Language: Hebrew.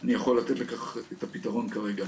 שאני יכול לתת לך את הפתרון כרגע.